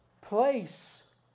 place